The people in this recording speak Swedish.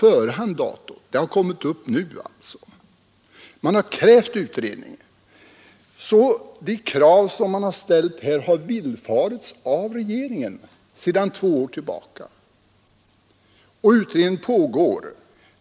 Den tanken har alltså kommit upp nu. Man har krävt utredning, det krav som man har ställt har villfarits av regeringen för snart två år sedan och utredningen pågår.